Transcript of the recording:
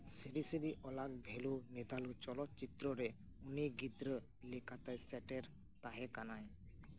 ᱥᱨᱤ ᱥᱨᱤ ᱚᱞᱟᱜᱽ ᱵᱷᱮᱞᱩ ᱱᱤᱫᱟᱞᱩ ᱪᱚᱞᱚ ᱪᱤᱛᱨᱚ ᱨᱮ ᱩᱱᱤ ᱜᱤᱫᱽᱨᱟᱹ ᱞᱮᱠᱟᱛᱮ ᱥᱮᱴᱮᱨ ᱛᱟᱦᱮᱸ ᱠᱟᱱᱟᱭ